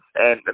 -and